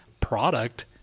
product